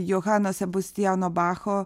johano sebastiano bacho